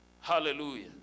Hallelujah